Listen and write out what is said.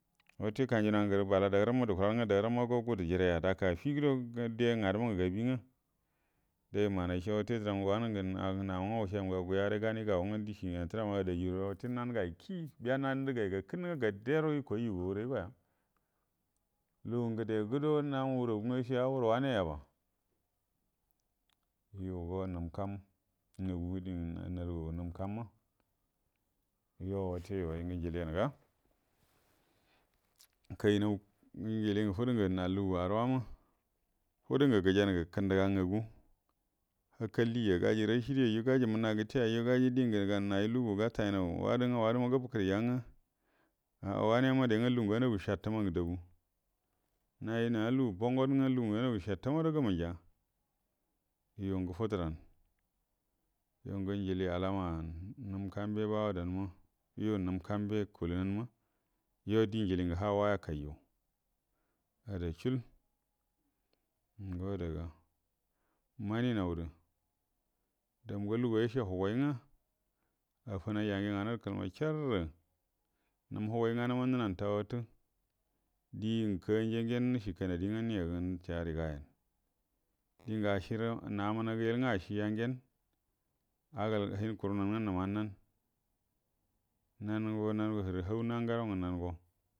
bala dagəram dukulangwə dagəramgo gudə jireya da afiguəla, ngadə mangə abingwə, deyu manal gəcəadu nangwə wucəagumma guya gəre ganie gaw, ada juru nan gan kiyi au biyu nan gay gəakənnə ngwə gae ro yukuay yuguaguray goyu lugu ngədə gudo namu hurogungwə nəceye huru wane yaba, yuo go nəm kam yungə dəngo nasu gagu nəm kamma, yuo wate you ay ngə milienga kay naw niili nafudəngə na lugu arowama, fudə gə gəjangə kəndu ga ngagu hakkali ya gaji rashidi ayyu gaji mənna gəte gayu, gaji dən nayu lugu gataynaw wado ngwə wadə gəfəgəri yayyu ah wane mari ngwə lugungə anagu saktəngə dabu, naji na lugu bongot ngwə na lugungə anagu saktoma guəro gəmanja yuongə fudaram, yungə njilie alama nəm kam bən bago dəamma, yuo nəm kam be kuəl nie ma, yuo die nəjiliengə hulla waya kayyu adacuəl ngo adaga maninaw gərə damu guəlugu yace huguay ngwə, afinaw yangə ngana̱ rə kal may cəarrə nəm huguay nganəma nənan fawattə, die kani yangyan nəcəagari gayən, diengə aməngə amənəgə il ngwə acieya gyen, agal, hyan kurgənangə nəma nan nango, nango hərə hau nankərə nə nangə.